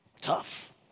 tough